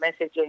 messaging